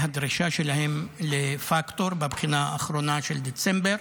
הדרישה שלהם לפקטור בבחינה האחרונה של דצמבר.